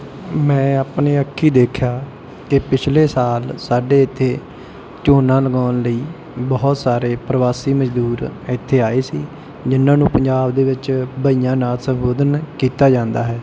ਮੈਂ ਆਪਣੇ ਅੱਖੀ ਦੇਖਿਆ ਕਿ ਪਿਛਲੇ ਸਾਲ ਸਾਡੇ ਇੱਥੇ ਝੋਨਾ ਲਗਾਉਣ ਲਈ ਬਹੁਤ ਸਾਰੇ ਪ੍ਰਵਾਸੀ ਮਜ਼ਦੂਰ ਇੱਥੇ ਆਏ ਸੀ ਜਿਹਨਾਂ ਨੂੰ ਪੰਜਾਬ ਦੇ ਵਿੱਚ ਬਈਆ ਨਾਲ ਸੰਬੋਧਨ ਕੀਤਾ ਜਾਂਦਾ ਹੈ